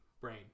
brain